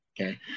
Okay